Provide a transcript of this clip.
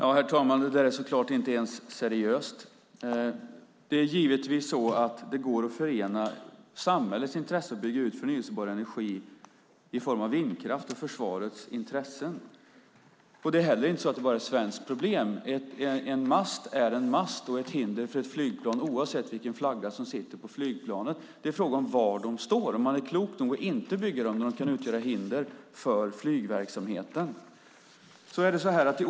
Herr talman! Det där är så klart inte ens seriöst. Det är givetvis så att det går att förena samhällets intressen för förnybar energi i form av vindkraft med Försvarets intressen. Detta är heller inte bara ett svenskt problem. En mast är en mast och ett hinder för flygplan, oavsett vilken flagga som sitter på flygplanet. Det är fråga om var masterna står, det vill säga om man är klok nog att inte bygga dem där de kan utgöra hinder för flygverksamheten.